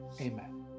amen